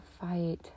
fight